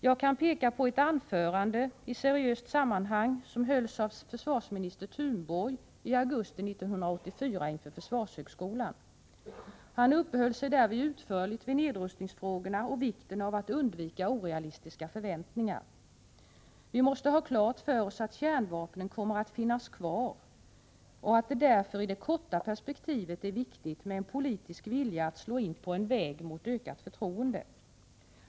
Jag kan peka på ett anförande i seriöst sammanhang, som försvarsminister Thunborg höll i augusti 1984 inför försvarshögskolan. Han uppehöll sig därvid utförligt vid nedrustningsfrågorna och vikten av att undvika orealistiska förväntningar. Vi måste ha klart för oss att kärnvapen kommer att finnas kvar och att det därför i det korta perspektivet är viktigt med en politisk vilja att slå in på en väg mot ökat förtroende.